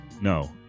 No